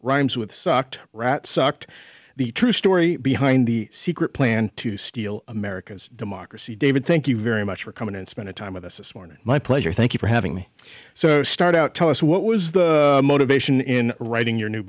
rhymes with socked rat sucked the true story behind the secret plan to steal america's democracy david thank you very much for coming and spending time with us this morning my pleasure thank you for having me so start out tell us what was the motivation in writing your new